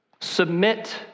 Submit